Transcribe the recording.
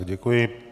Děkuji.